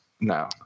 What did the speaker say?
No